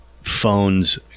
phones